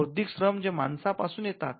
बौद्धिक श्रम जे माणसांपासुन येतात